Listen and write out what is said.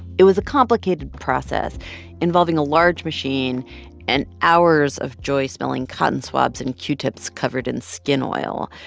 it was a complicated process involving a large machine and hours of joy smelling cotton swabs and q-tips covered in skin oil.